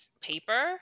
paper